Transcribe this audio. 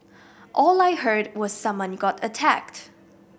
all I heard was someone got attacked